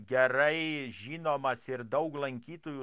gerai žinomas ir daug lankytojų